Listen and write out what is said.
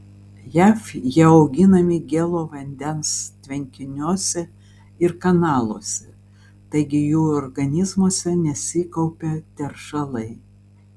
jav jie auginami gėlo vandens tvenkiniuose ir kanaluose taigi jų organizmuose nesikaupia teršalai